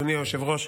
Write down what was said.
אדוני היושב-ראש,